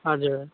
हजुर